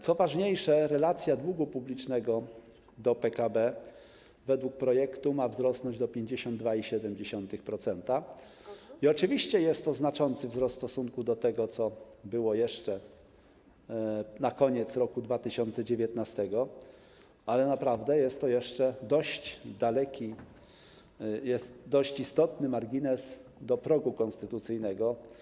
Co ważniejsze, relacja długu publicznego do PKB według projektu ma wzrosnąć do 52,7% i oczywiście jest to znaczący wzrost w stosunku do tego, co było jeszcze na koniec roku 2019, ale naprawdę jest to jeszcze dość daleki, dość istotny margines w odniesieniu do progu konstytucyjnego.